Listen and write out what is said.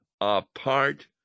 apart